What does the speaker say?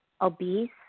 obese